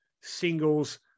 singles